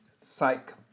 psych